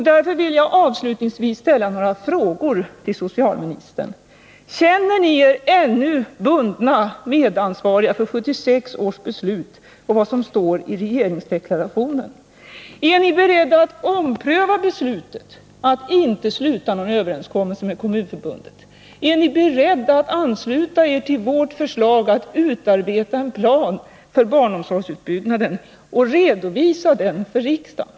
Därför vill jag avslutningsvis ställa några frågor till socialministern: Känner ni er ännu bundna av och medansvariga för 1976 års beslut och vad som står i regeringsdeklarationen? Är ni beredda att ompröva beslutet att inte sluta någon överenskommelse med Kommunförbundet? Är ni beredda att ansluta er till vårt förslag att utarbeta en plan för barnomsorgsutbyggnaden och redovisa den för riksdagen?